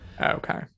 okay